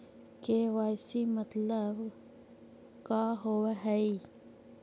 KYC मतलब का होव हइ?